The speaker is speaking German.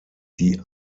die